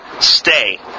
stay